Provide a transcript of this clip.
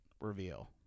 reveal